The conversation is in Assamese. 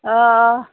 অঁ